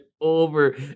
over